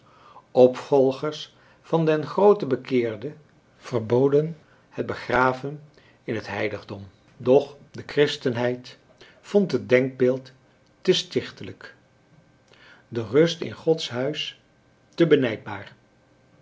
opvolgers van den grooten bekeerde verboden het begraven in het heiligdom doch de christenheid vond het denkbeeld te stichtelijk de rust in gods huis te